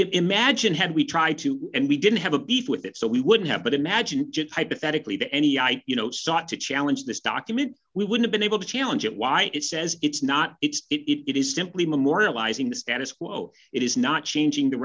imagine had we tried to and we didn't have a beef with it so we wouldn't have but imagine just hypothetically the n e i you know sought to challenge this document we would have been able to challenge it why it says it's not it's it is simply memorializing the status quo it is not changing the